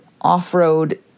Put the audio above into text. off-road